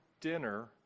dinner